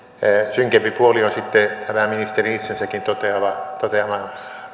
synkempi puoli on sitten tämä ministerin itsensäkin toteama toteama